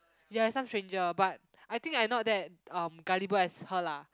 ya it's some stranger but I think I'm not that um gullible as her lah